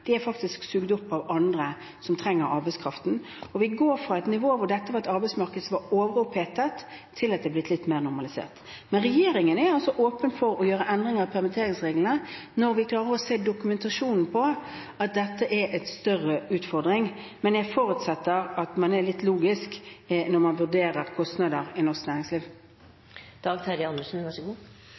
er blitt sugd opp av andre som trenger arbeidskraften. Vi går fra et nivå hvor dette var et arbeidsmarked som var overopphetet, til at det er blitt litt mer normalisert. Regjeringen er åpen for å gjøre endringer i permitteringsreglene når vi ser dokumentasjon på at dette er en større utfordring, men jeg forutsetter at man er litt logisk når man vurderer kostnader i norsk næringsliv.